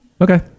Okay